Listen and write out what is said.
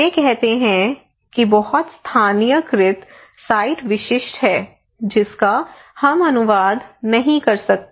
वे कहते हैं कि बहुत स्थानीयकृत साइट विशिष्ट है जिसका हम अनुवाद नहीं कर सकते